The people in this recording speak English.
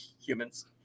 humans